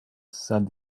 said